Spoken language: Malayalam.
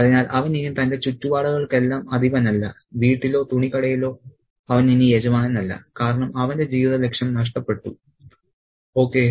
അതിനാൽ അവൻ ഇനി തന്റെ ചുറ്റുപാടുകൾക്കെല്ലാം അധിപനല്ല വീട്ടിലോ തുണിക്കടയിലോ അവൻ ഇനി യജമാനനല്ല കാരണം അവന്റെ ജീവിതലക്ഷ്യം നഷ്ടപ്പെട്ടു ഓക്കേ